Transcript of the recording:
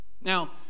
Now